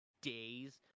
days